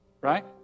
right